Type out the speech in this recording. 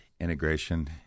integration